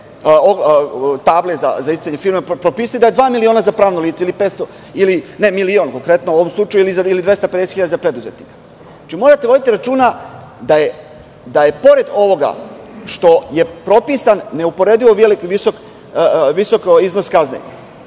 table za isticanje firme, propisati da je dva miliona za pravno lice, milion konkretno u ovom slučaju ili 250.000 za preduzetnike. Znači, morate voditi računa da j, pored ovoga što je propisan neuporedivo visok iznos kazne,